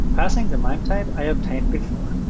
passing the mime type i obtained before.